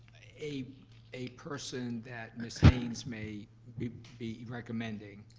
a a person that miss haynes may be be recommending,